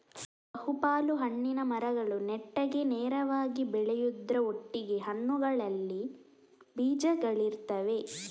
ಬಹು ಪಾಲು ಹಣ್ಣಿನ ಮರಗಳು ನೆಟ್ಟಗೆ ನೇರವಾಗಿ ಬೆಳೆಯುದ್ರ ಒಟ್ಟಿಗೆ ಹಣ್ಣುಗಳಲ್ಲಿ ಬೀಜಗಳಿರ್ತವೆ